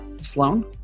Sloan